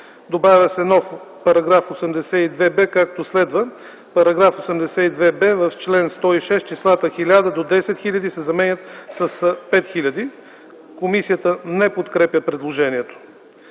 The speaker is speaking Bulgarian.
Добавя се нов § 82б, както следва: „§ 82б. В чл. 106 числата „1000 до 10 000” се заменят с „5000”.” Комисията не подкрепя предложението.